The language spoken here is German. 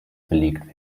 belegt